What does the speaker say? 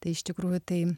tai iš tikrųjų tai